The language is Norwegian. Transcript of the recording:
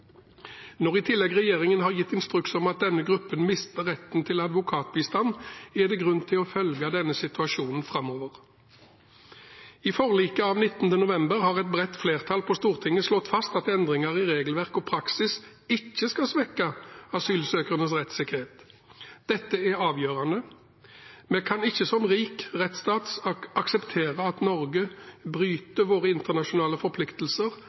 Når regjeringen i tillegg har gitt instruks om at denne gruppen mister retten til advokatbistand, er det grunn til å følge denne situasjonen framover. I forliket av 19. november har et bredt flertall på Stortinget slått fast at endringer i regelverk og praksis ikke skal svekke asylsøkernes rettssikkerhet. Dette er avgjørende. Vi kan ikke som rik rettsstat akseptere at Norge bryter våre internasjonale forpliktelser